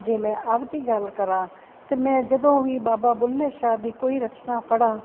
ਜੇ ਮੈਂ ਆਪ ਦੀ ਗੱਲ ਕਰਾਂ ਤਾਂ ਮੈਂ ਜਦੋਂ ਵੀ ਬਾਬਾ ਬੁੱਲ੍ਹੇ ਸ਼ਾਹ ਦੀ ਕੋਈ ਰਚਨਾ ਪੜ੍ਹਾ